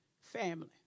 family